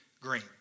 Green